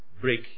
break